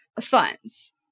funds